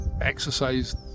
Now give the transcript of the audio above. exercise